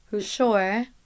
Sure